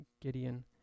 Gideon